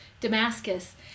Damascus